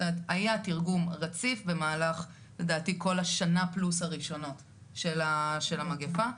היה תרגום רציף במהלך לדעתי כל השנה פלוס הראשונות של המגיפה.